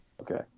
Okay